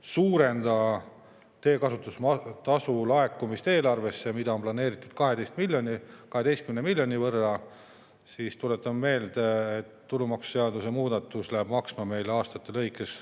suurenda teekasutustasu laekumist eelarvesse, mida on planeeritud 12 miljonit. Tuletan meelde, et tulumaksuseaduse muudatus läheb maksma meil aastate lõikes